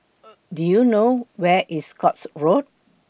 Do YOU know Where IS Scotts Road